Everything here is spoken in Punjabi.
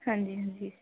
ਹਾਂਜੀ ਹਾਂਜੀ